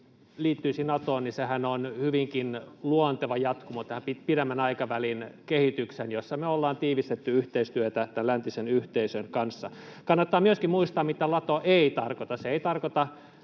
liittyisi Natoon, on hyvinkin luonteva jatkumo tähän pidemmän aikavälin kehitykseen, jossa me ollaan tiivistetty yhteistyötä tämän läntisen yhteisön kanssa. Kannattaa myöskin muistaa, mitä Nato ei tarkoita. Se ei tarkoita